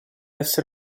esser